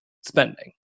spending